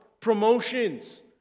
Promotions